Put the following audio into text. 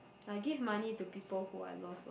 I'll give money to people who I love a lot